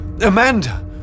Amanda